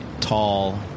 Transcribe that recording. tall